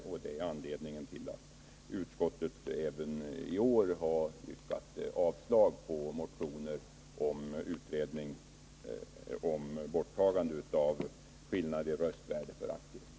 Det är anledningen till att utskottet även i år har yrkat avslag på motioner om utredning om borttagande av skillnader i röstvärde för aktier.